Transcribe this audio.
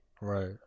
right